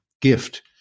gift